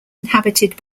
inhabited